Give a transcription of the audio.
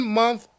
month